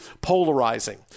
polarizing